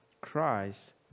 Christ